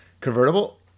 convertible